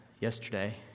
yesterday